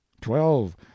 twelve